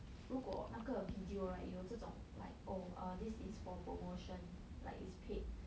如果那个 video right 有这种 like oh err this is for promotion like it's paid